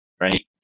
right